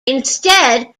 instead